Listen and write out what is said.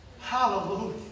Hallelujah